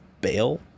bail